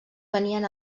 venien